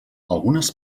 algunes